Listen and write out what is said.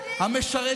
למה אתה משחק